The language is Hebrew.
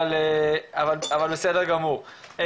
אבל בסדר גמור.